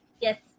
Yes